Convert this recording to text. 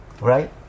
right